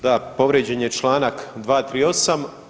Da povrijeđen je Članak 238.